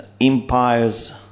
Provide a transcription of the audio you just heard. empires